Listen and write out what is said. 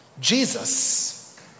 Jesus